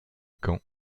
caen